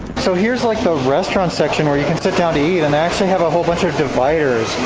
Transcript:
so here's like the restaurant section, where you can sit down to eat and actually have a whole bunch of dividers,